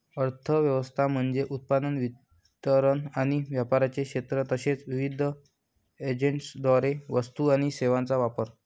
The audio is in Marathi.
अर्थ व्यवस्था म्हणजे उत्पादन, वितरण आणि व्यापाराचे क्षेत्र तसेच विविध एजंट्सद्वारे वस्तू आणि सेवांचा वापर